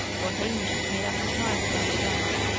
for hamish had made up his mind upon the point.